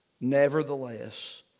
Nevertheless